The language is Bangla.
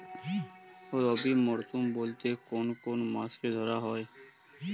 রবি মরশুম বলতে কোন কোন মাসকে ধরা হয়?